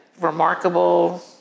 remarkable